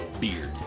beard